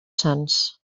sants